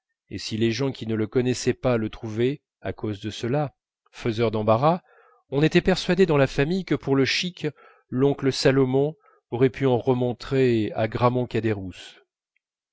et si les gens qui ne le connaissaient pas le trouvaient à cause de cela faiseur d'embarras on était persuadé dans la famille que pour le chic l'oncle salomon aurait pu en remontrer à